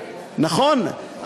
נכון?